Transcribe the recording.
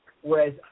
Whereas